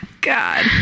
God